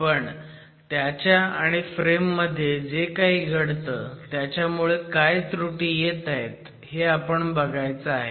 पण त्याच्या आणि फ्रेम मध्ये जे काही घडतं त्याच्यामुळे काय त्रुटी येतायत हे आपण बघायचं आहे